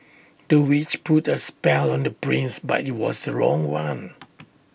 the witch put A spell on the prince but IT was the wrong one